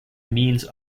means